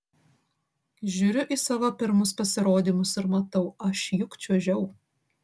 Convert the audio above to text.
žiūriu į savo pirmus pasirodymus ir matau aš juk čiuožiau